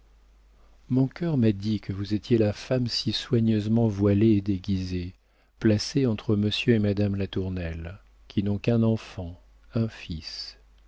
mon cœur m'a dit que vous étiez la femme si soigneusement voilée et déguisée placée entre monsieur et madame latournelle qui n'ont qu'un enfant un fils